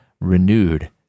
renewed